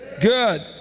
good